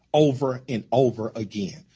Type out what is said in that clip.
over and over again.